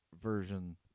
version